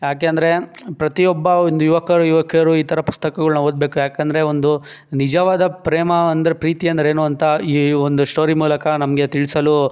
ಏಕೆಂದ್ರೇ ಪ್ರತಿಯೊಬ್ಬ ಒಂದು ಯುವಕರು ಯುವಕಿಯರು ಈ ಥರ ಪುಸ್ತಕಗಳನ್ನ ಓದಬೇಕು ಏಕೆಂದ್ರೆ ಒಂದು ನಿಜವಾದ ಪ್ರೇಮ ಅಂದರೆ ಪ್ರೀತಿ ಅಂದರೆ ಏನು ಅಂತ ಈ ಒಂದು ಸ್ಟೋರಿ ಮೂಲಕ ನಮಗೆ ತಿಳಿಸಲೂ